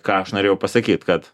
ką aš norėjau pasakyt kad